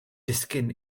disgyn